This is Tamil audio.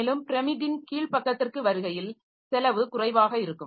மேலும் பிரமிட்டின் கீழ் பக்கத்திற்கு வருகையில் செலவு குறைவாக இருக்கும்